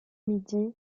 midi